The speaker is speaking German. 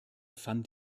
van